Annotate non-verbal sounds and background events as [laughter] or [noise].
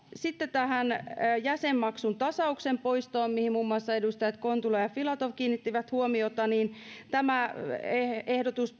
sitten tähän jäsenmaksun tasauksen poistoon mihin muun muassa edustajat kontula ja filatov kiinnittivät huomiota tämä ehdotus [unintelligible]